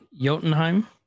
Jotunheim